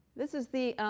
this is the